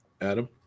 Adam